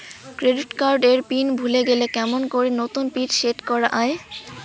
Credit card এর pin ভুলে গেলে কেমন করি নতুন পিন সেট করা য়ায়?